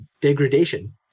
degradation